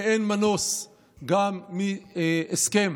ואין מנוס גם מהסכם